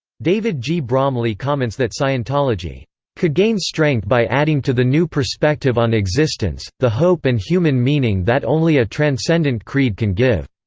david g. bromley comments that scientology could gain strength by adding to the new perspective on existence, the hope and human meaning that only a transcendent creed can give.